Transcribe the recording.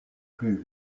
plus